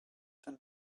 him